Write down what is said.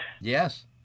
yes